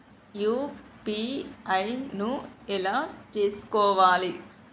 UPI ను ఎలా చేస్కోవాలి?